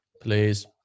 Please